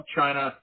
China